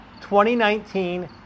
2019